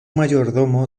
mayordomo